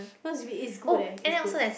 cause it's good leh it's good